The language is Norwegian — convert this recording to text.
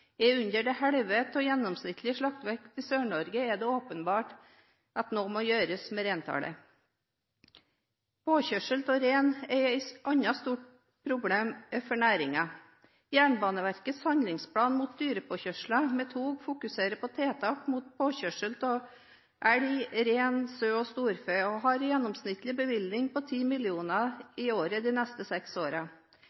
under det halve av gjennomsnittlig slaktevekt i Sør-Norge, er det åpenbart at noe må gjøres med reintallet. Påkjørsel av rein er et annet stort problem for næringen. Jernbaneverkets handlingsplan mot dyrepåkjørsler med tog fokuserer på tiltak mot påkjørsel av elg, rein, sau og storfe og har en gjennomsnittlig bevilgning på